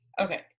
okay